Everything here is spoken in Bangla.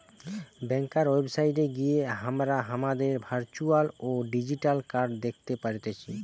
ব্যাংকার ওয়েবসাইট গিয়ে হামরা হামাদের ভার্চুয়াল বা ডিজিটাল কার্ড দ্যাখতে পারতেছি